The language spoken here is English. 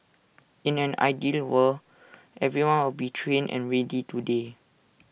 in an ideal world everyone will be trained and ready today